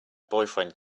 boyfriend